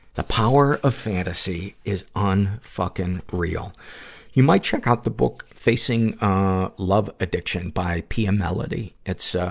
the power of fantasy is un-fucking-real. you might check out the book, facing ah love addiction, by pia mellody. it's, ah,